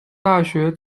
大学